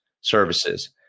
services